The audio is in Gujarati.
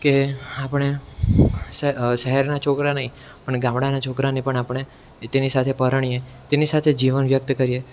કે આપણે શહેરના છોકરા નહીં પણ ગામડાના છોકરાને પણ આપણે તેની સાથે પરણીએ તેની સાથે જીવન વ્યક્ત કરીએ